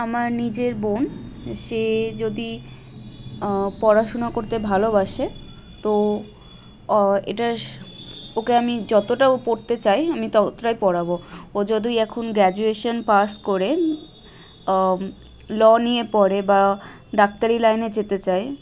আমার নিজের বোন সে যদি পড়াশুনো করতে ভালোবাসে তো এটা ওকে আমি যতটা ও পড়তে চায় আমি ততটাই পড়াব ও যদি এখন গ্র্যাজুয়েশন পাশ করে ল নিয়ে পড়ে বা ডাক্তারি লাইনে যেতে চায়